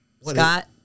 Scott